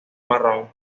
marrón